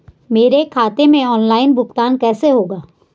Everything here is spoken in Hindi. मेरे खाते में ऑनलाइन भुगतान कैसे होगा?